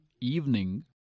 evening